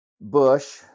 Bush